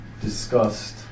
discussed